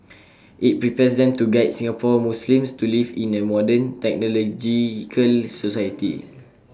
IT prepares them to guide Singapore Muslims to live in A modern technological society